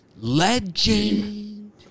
Legend